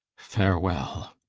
farewell?